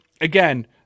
again